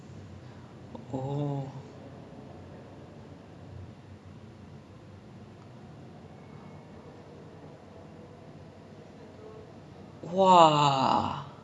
so when you walk past you will be like orh okay this month is this person's birthday we must surprise them or like we must get them a certain gift then like make them feel like you know like no one forgot about it it's just that we keep the list so everyone can be informed